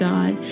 God